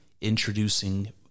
introducing